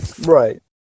Right